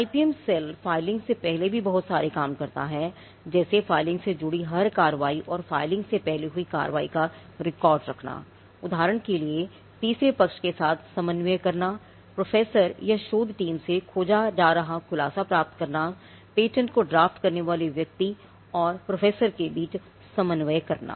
IPM cell filing से पहले भी बहुत सारे काम करता है जैसे फाइलिंग से जुड़ी हर कार्रवाई और फाइलिंग से पहले हुई कार्रवाई का रिकॉर्ड रखना उदाहरण के लिए तीसरे पक्ष के साथ समन्वय करना प्रोफेसर या शोध टीम से खोजा जा रहा खुलासा प्राप्त करना पेटेंट को ड्राफ्ट करने वाले व्यक्ति और प्रोफेसर के बीच समन्वय करना